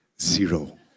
Zero